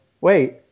wait